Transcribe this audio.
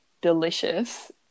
delicious